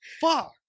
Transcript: Fuck